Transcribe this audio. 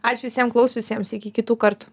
ačiū visiem klausiusiems iki kitų kartų